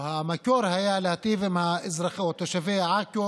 היה מיועד להיטיב עם תושבי עכו